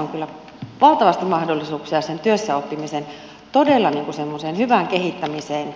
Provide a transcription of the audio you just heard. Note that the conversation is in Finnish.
on kyllä valtavasti mahdollisuuksia todella semmoiseen työssäoppimisen hyvään kehittämiseen